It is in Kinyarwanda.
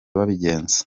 babigenza